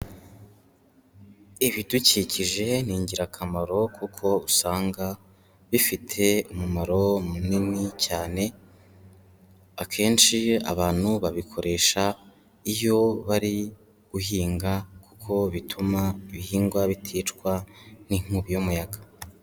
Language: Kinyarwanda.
Ibidukikije ni ingirakamaro kuko usanga bifite umumaro munini cyane, akenshi abantu babikoresha iyo bari guhinga kuko bituma ibihingwa biticwa n'inkubi y'umuyaga.